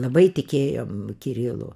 labai tikėjom kirilu